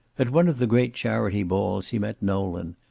at one of the great charity balls he met nolan,